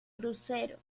crucero